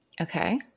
Okay